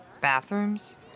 Bathrooms